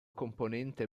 componente